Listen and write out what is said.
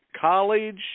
College